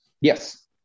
Yes